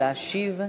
להשיב.